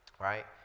right